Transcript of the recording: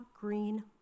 green